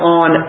on